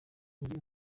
muri